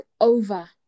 over